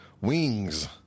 Wings